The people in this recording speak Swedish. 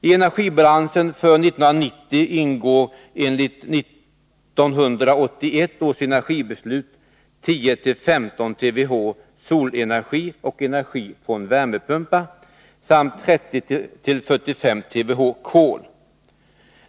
I energibalansen för 1990 ingår enligt 1981 års energibeslut 10-15 TWh solenergi och energi från värmepumpar samt 30-45 TWh kol.